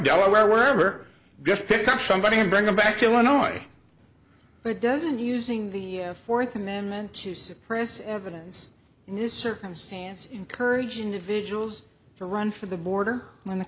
delaware wherever just pick up somebody and bring them back illinois but doesn't using the fourth amendment to suppress evidence in this circumstance encourage individuals to run for the border on the